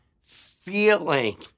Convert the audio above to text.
feeling